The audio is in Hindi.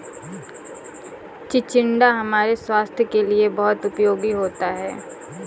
चिचिण्डा हमारे स्वास्थ के लिए बहुत उपयोगी होता है